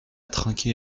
trinquer